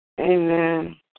Amen